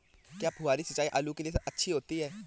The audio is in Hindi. क्या फुहारी सिंचाई आलू के लिए अच्छी होती है?